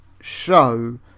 show